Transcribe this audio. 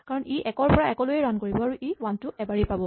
কাৰণ ই এক ৰ পৰা একলৈয়ে ৰান কৰিব আৰু ই ৱান টো এবাৰেই পাব